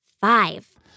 five